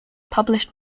published